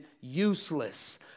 useless